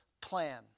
plan